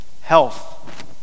health